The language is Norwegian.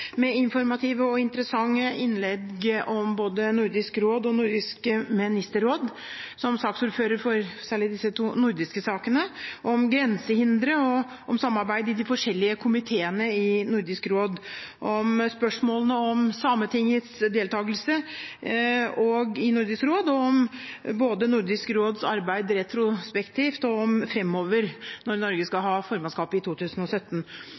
med informative og interessante innlegg om både Nordisk råd og Nordisk ministerråd – som saksordfører for særlig disse to nordiske sakene, om grensehindre, om samarbeid i de forskjellige komiteene i Nordisk råd, om spørsmålene om Sametingets deltakelse i Nordisk råd og om Nordisk råds arbeid både retrospektivt og framover når Norge skal ha formannskapet i 2017.